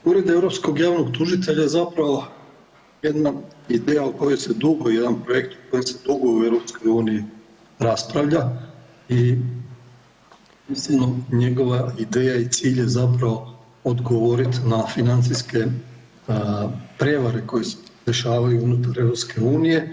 Ured europskog javnog tužitelja je zapravo jedna ideja o kojoj se dugo jedan projekt, o kojem se dugo u EU raspravlja i iskreno, njegova ideja i cilj je zapravo odgovoriti na financijske prijevare koje se dešavaju unutar EU.